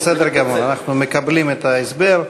בסדר גמור, אנחנו מקבלים את ההסבר,